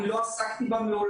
אני לא עסקתי בה מעולם.